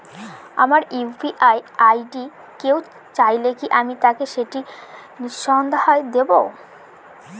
আমার UPI ID কেউ চাইলে কি আমি তাকে সেটি নির্দ্বিধায় দেব?